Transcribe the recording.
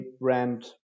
brand